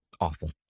awful